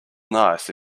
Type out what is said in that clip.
nice